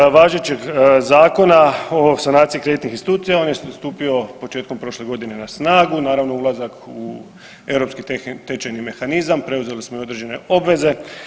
Što se tiče važećeg Zakona o sanaciji kreditnih institucija on je stupio početkom prošle godine na snagu, naravno ulazak u europski tečajni mehanizam, preuzeli smo i određene obveze.